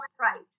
right